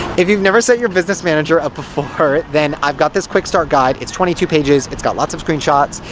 if you've never set your business manager up before, then i've got this quick-start guide. it's twenty two pages, it's got lots of screen shots,